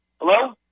Hello